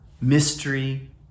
mystery